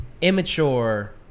Immature